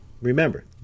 Remember